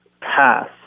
Pass